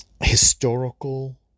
historical